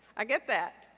i get that.